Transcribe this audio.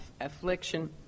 affliction